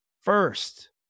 first